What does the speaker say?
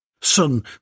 Son